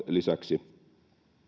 lisäksi